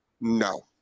No